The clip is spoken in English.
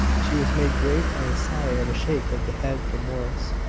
she was made grave by a sigh and a shake of the head from morris.